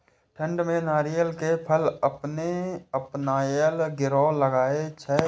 ठंड में नारियल के फल अपने अपनायल गिरे लगए छे?